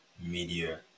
Media